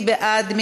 מי בעד?